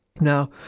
Now